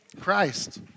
Christ